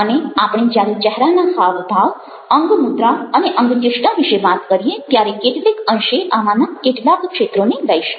અને આપણે જ્યારે ચહેરાના હાવભાવ અંગમુદ્રા અને અંગચેષ્ટા વિશે વાત કરીએ ત્યારે કેટલેક અંશે આમાનાં કેટલાક ક્ષેત્રોને લઈશું